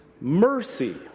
Mercy